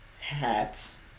Hats